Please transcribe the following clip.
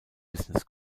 business